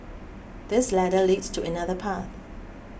this ladder leads to another path